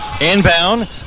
Inbound